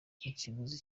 ikiguzi